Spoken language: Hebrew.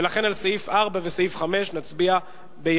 ולכן על סעיף 4 ועל סעיף 5 נצביע ביחד,